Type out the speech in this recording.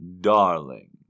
darling